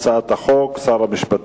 התש"ע 2010. יציג את הצעת החוק שר המשפטים,